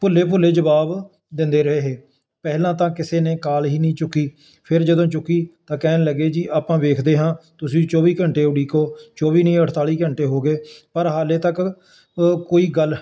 ਭੁੱਲੇ ਭੁੱਲੇ ਜਵਾਬ ਦਿੰਦੇ ਰਹੇ ਪਹਿਲਾਂ ਤਾਂ ਕਿਸੇ ਨੇ ਕਾਲ ਹੀ ਨਹੀਂ ਚੁੱਕੀ ਫਿਰ ਜਦੋਂ ਚੁੱਕੀ ਤਾਂ ਕਹਿਣ ਲੱਗੇ ਜੀ ਆਪਾਂ ਵੇਖਦੇ ਹਾਂ ਤੁਸੀਂ ਚੌਵੀ ਘੰਟੇ ਉਡੀਕੋ ਚੌਵੀ ਨਹੀਂ ਅਠਤਾਲੀ ਘੰਟੇ ਹੋ ਗਏ ਪਰ ਹਾਲੇ ਤੱਕ ਕੋਈ ਗੱਲ